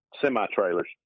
semi-trailers